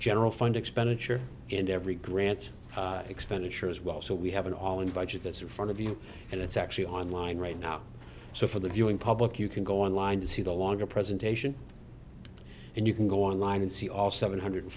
general fund expenditure and every grants expenditure as well so we have an all invited that's in front of you and it's actually online right now so for the viewing public you can go online to see the longer presentation and you can go online and see all seven hundred